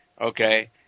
okay